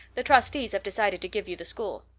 the trustees have decided to give you the school.